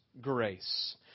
grace